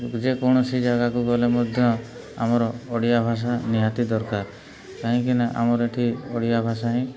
ଯେକୌଣସି ଜାଗାକୁ ଗଲେ ମଧ୍ୟ ଆମର ଓଡ଼ିଆ ଭାଷା ନିହାତି ଦରକାର କାହିଁକି ନା ଆମର ଏଇଠି ଓଡ଼ିଆ ଭାଷା ହିଁ